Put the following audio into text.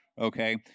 Okay